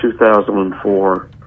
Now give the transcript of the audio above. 2004